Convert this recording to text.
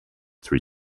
three